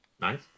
Nice